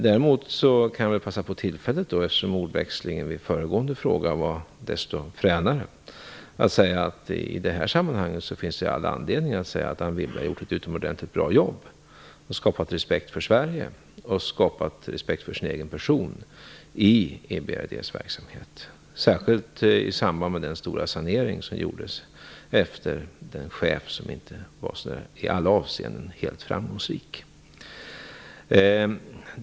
Däremot kan jag passa på tillfället - eftersom ordväxlingen i den föregående frågan var desto fränare - att säga att det i det här sammanhanget finns all anledning att säga att Anne Wibble har gjort ett utomordentligt bra jobb och skapat respekt för Sverige och för sin egen person i EBRD:s verksamhet. Det gäller särskilt i samband med den stora sanering som gjordes efter den chef som inte i alla avseenden var helt framgångsrik.